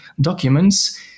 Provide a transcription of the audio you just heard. documents